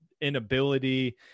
inability